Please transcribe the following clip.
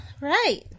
right